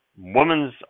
Woman's